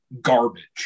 garbage